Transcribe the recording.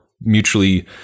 mutually